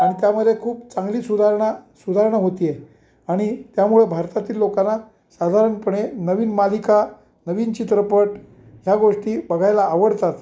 आणि त्यामध्ये खूप चांगली सुधारणा सुधारणा होती आहे आणि त्यामुळे भारतातील लोकांना साधारणपणे नवीन मालिका नवीन चित्रपट ह्या गोष्टी बघायला आवडतात